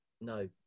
no